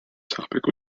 topic